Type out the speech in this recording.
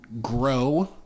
grow